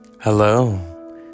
Hello